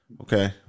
Okay